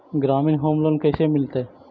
ग्रामीण home loan कैसे मिलतै?